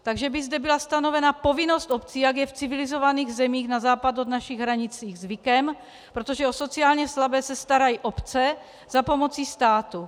Takže by zde byla stanovena povinnost obcí, jak je v civilizovaných zemích na západ od našich hranic zvykem, protože o sociálně slabé se starají obce za pomoci státu.